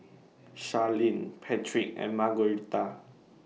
Sharlene Patric and Margueritta